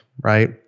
right